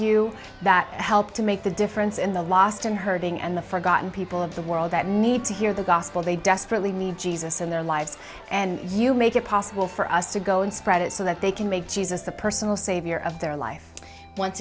you that help to make the difference in the lost and hurting and the forgotten people of the world that need to hear the gospel they desperately need jesus in their lives and you make it possible for us to go and spread it so that they can make jesus the personal savior of their life once